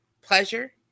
pleasure